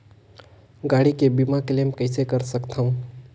गाड़ी के बीमा क्लेम कइसे कर सकथव?